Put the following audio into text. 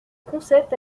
concept